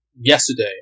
yesterday